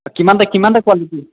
কিমানটা কিমানটা কোৱালিটী আছে